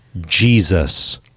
jesus